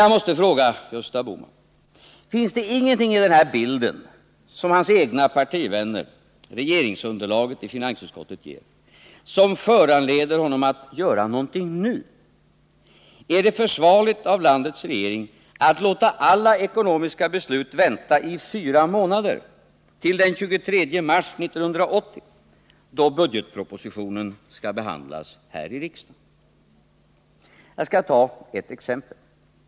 Jag måste fråga Gösta Bohman: Finns det ingenting i den här bilden som hans egna partivänner, regeringsunderlaget i finansutskottet, ger som föranleder honom att göra någonting nu? Är det försvarligt av landets regering att låta alla ekonomiska beslut vänta i fyra månader till den 23 mars 1980, då budgetpropositionen skall behandlas här i riksdagen? Jag skall ta ett exempel.